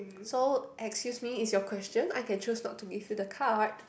so excuse me is your question I can choose not to give you the card